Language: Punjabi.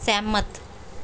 ਸਹਿਮਤ